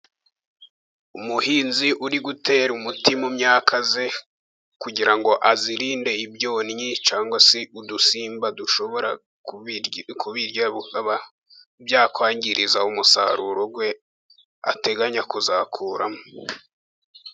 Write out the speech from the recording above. Umuhinzi uri gutera umuti mu myaka ye, kugira ngo ayirinde ibyonnyi, cyangwa se udusimba dushobora kubirya bikaba byakwangiza umusaruro we, ateganya kuzakuramo.